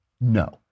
No